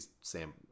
Sam